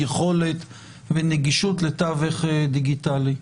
יכולת ונגישות לתווך דיגיטלי.